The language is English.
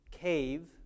cave